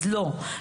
אז לא,